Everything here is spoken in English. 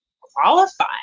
qualify